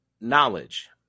knowledge